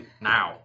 Now